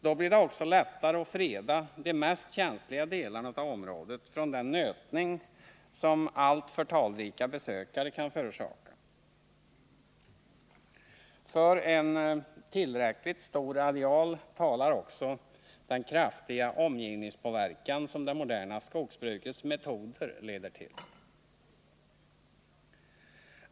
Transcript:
Då blir det också lättare att freda de mest känsliga delarna av området från den nötning som alltför talrika besökare kan förorsaka. För en tillräckligt stor areal talar också den kraftiga omgivningspåverkan som det moderna skogsbrukets metoder leder till.